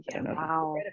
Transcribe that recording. Wow